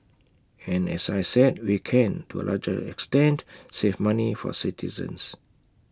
and as I said we can to A large extent save money for citizens